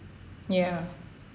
ya